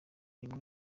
y’uyu